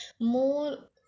more